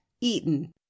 eaten